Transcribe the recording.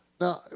Now